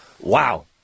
Wow